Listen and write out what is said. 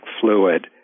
fluid